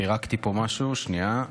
פירקתי פה משהו, שנייה.